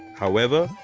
however,